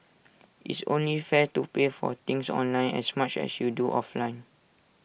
it's only fair to pay for things online as much as you do offline